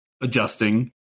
adjusting